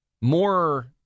more